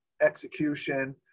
execution